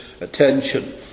attention